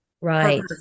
Right